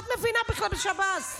מה את מבינה בכלל בשב"ס?